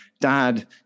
Dad